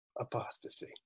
apostasy